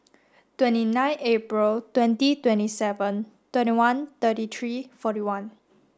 twenty nine April twenty twenty seven twenty one thirty three forty one